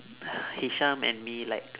hisham and me like